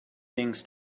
things